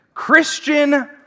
Christian